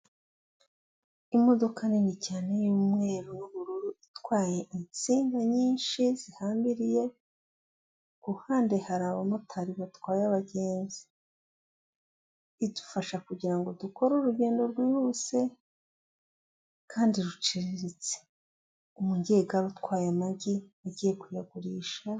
Imodoka nini cyane y'umweru itwaye insinga nyinshi zihambiriye ku ruhande hari abamotari batwaye abagenzi, idufasha kugira ngo dukore urugendo rwihuse kandi ruciriritse umbyeyi utwaye amagi agiye kuyagurisha.